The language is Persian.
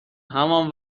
همان